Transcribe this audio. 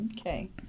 Okay